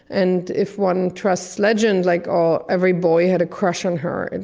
and if one trusts legend like all, every boy had a crush on her. and